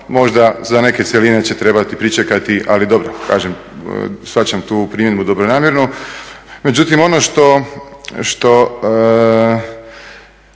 Možda za neke cjeline će trebati pričekati, ali dobro kažem shvaćam tu primjedbu dobronamjerno. Međutim, s čim